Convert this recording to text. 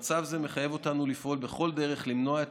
מצב זה מחייב אותנו לפעול בכל דרך למנוע את